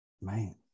Man